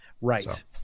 Right